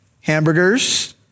hamburgers